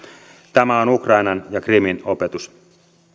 tämä on ukrainan ja krimin opetus